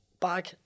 bag